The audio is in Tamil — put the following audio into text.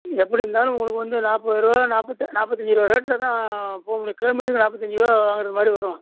எப்படி இருந்தாலும் உங்களுக்கு வந்து நாற்பதுருவா நாற்பத்த நாற்பத்தஞ்சிருவா ரேட்டில தான் போகமுடியும் கிலோ மீட்டருக்கு நாற்பத்தஞ்சிருவா வாங்குகிற மாதிரி வரும்